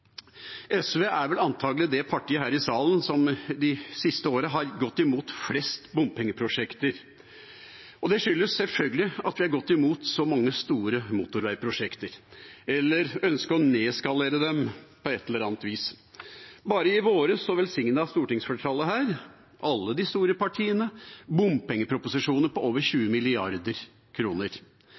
SV er vel antagelig det partiet i denne salen som de siste årene har gått imot flest bompengeprosjekter. Det skyldes selvfølgelig at vi har gått imot så mange store motorveiprosjekter eller ønsket å nedskalere dem på et eller annet vis. Bare i vår velsignet stortingsflertallet – alle de store partiene – bompengeproposisjoner på over 20